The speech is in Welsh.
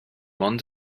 ond